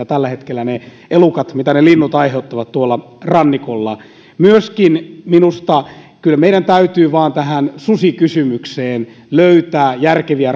tällä hetkellä ne elukat ne linnut aiheuttavat tuolla rannikolla myöskin minusta kyllä meidän vain täytyy tähän susikysymykseen löytää järkeviä